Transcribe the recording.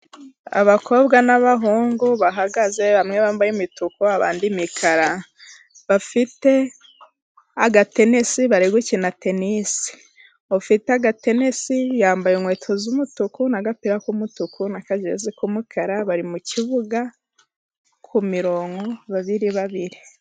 Abakobwa n'abahungu bahagaze bamwe bambaye imituku abandi imikara. Bafite agatenesi bari gukina tenisi ufite agatenesi yambaye inkweto z'umutuku n'agapira k'umutuku k'umukara, bari mu kibuga ku mirongo babiri babiri.